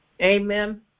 Amen